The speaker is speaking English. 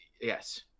Yes